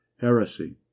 heresy